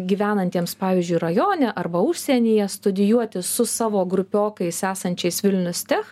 gyvenantiems pavyzdžiui rajone arba užsienyje studijuoti su savo grupiokais esančiais vilnius tech